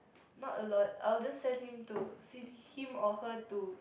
not a lot I'll just sent him to think him or her to